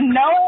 no